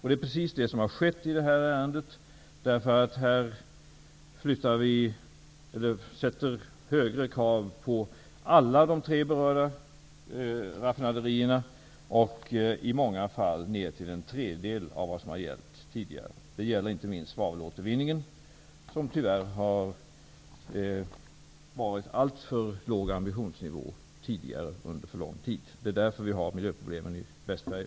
Det är precis vad som har skett i det här ärendet, därför att här ställs högre krav på alla de tre berörda raffinaderierna och i många fall har omfattningen minskat till en tredjedel av vad som tidigare har gällt. Det gäller inte minst svavelåtervinningen, där ambitionsnivån under lång tid har varit alltför låg. Det är därför vi nu har miljöproblemen i Västsverige.